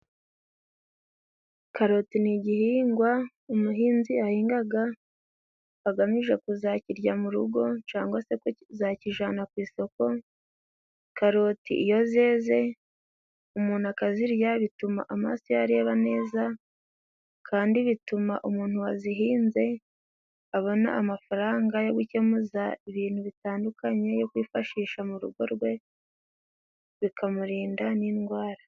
Karoti ni igihingwa umuhinzi ahingaga agamije kuzakirya mu rugo, cangwa se kuzakijana ku isoko, karoti iyo zeze umuntu akazizirya, bituma amaso ye areba neza, kandi bituma umuntu wazihinze abona amafaranga yo gukemuza ibintu bitandukanye, yo kwifashisha mu rugo rwe bikamurinda n'indwara.